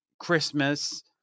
christmas